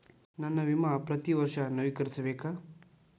ನನ್ನ ವಿಮಾ ಪ್ರತಿ ವರ್ಷಾ ನವೇಕರಿಸಬೇಕಾ?